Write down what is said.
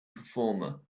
performer